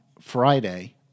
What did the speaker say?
Friday